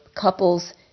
couples